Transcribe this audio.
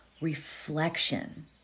reflection